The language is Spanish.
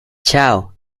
chao